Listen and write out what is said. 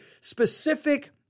specific